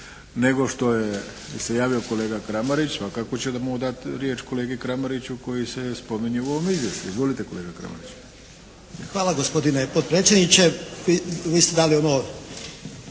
nego što se javio kolega Kramarić svakako ćemo dati riječ kolegi Kramariću koji se spominje u ovom izvješću. Izvolite kolega Kramariću. **Kramarić, Zlatko (HSLS)** Hvala gospodine potpredsjedniče. Vi ste dali ono